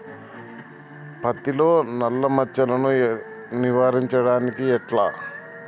పత్తిలో నల్లా మచ్చలను నివారించడం ఎట్లా?